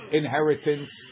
inheritance